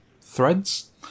threads